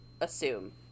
assume